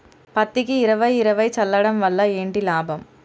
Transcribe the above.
పత్తికి ఇరవై ఇరవై చల్లడం వల్ల ఏంటి లాభం?